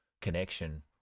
connection